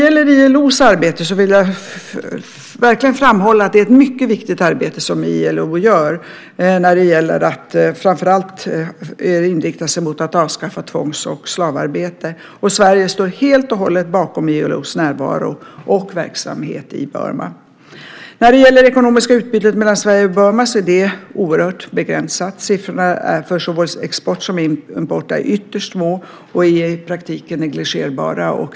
Jag vill verkligen framhålla att det är ett mycket viktigt arbete som ILO gör framför allt för att avskaffa tvångs och slavarbete. Sverige står helt och hållet bakom ILO:s närvaro och verksamhet i Burma. Det ekonomiska utbytet mellan Sverige och Burma är oerhört begränsat. Sifforna för såväl export som import är ytterst små, och är i praktiken negligerbara.